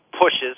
pushes